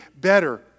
better